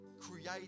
create